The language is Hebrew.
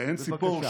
בבקשה.